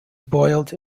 boiled